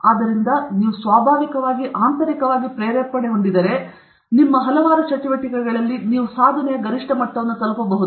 ಆದ್ದರಿಂದ ನೀವು ಸ್ವಾಭಾವಿಕವಾಗಿ ಪ್ರೇರೇಪಿಸಿದರೆ ನಿಮ್ಮ ಹಲವಾರು ಚಟುವಟಿಕೆಗಳಲ್ಲಿ ನೀವು ಸಾಧನೆಯ ಗರಿಷ್ಠ ಮಟ್ಟವನ್ನು ತಲುಪಬಹುದು